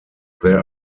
there